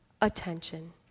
attention